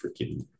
freaking